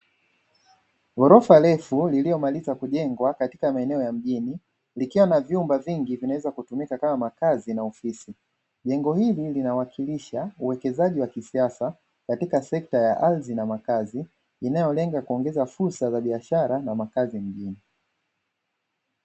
Ghorofa refu lililomaliza kujengwa katika maeneo ya mjini likiwa lina vyumba vingi vinaweza kutumika kama makazi na ofisi. Jengo hili linawakilisha uwekezaji wa kisiasa katika sekta ya ardhi na makazi inayolenga kuongeza fursa za biashara na makazi mjini.